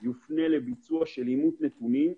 יופנה לביצוע אימות נתונים.